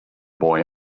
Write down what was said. boy